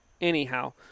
anyhow